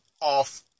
off